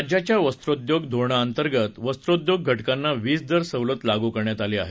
राज्याच्या वस्त्रोद्योग धोरणाअंतर्गत वस्त्रोद्योग घटकांना वीजदर सवलत लागू करण्यात आली आहे